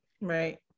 right